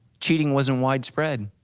cheating wasn't widespread.